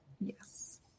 Yes